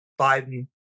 Biden